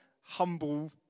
humble